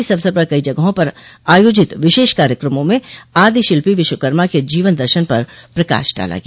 इस अवसर पर कई जगहों पर आयोजित विशेष कार्यक्रमों में आदि शिल्पी विश्वकर्मा के जीवन दर्शन पर प्रकाश डाला गया